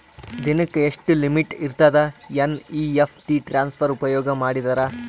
ದಿನಕ್ಕ ಎಷ್ಟ ಲಿಮಿಟ್ ಇರತದ ಎನ್.ಇ.ಎಫ್.ಟಿ ಟ್ರಾನ್ಸಫರ್ ಉಪಯೋಗ ಮಾಡಿದರ?